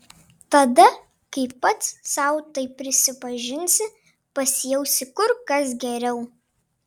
tada kai pats sau tai prisipažinsi pasijausi kur kas geriau